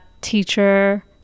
teacher